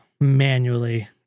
manually